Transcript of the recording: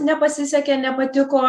nepasisekė nepatiko